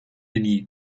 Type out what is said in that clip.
denis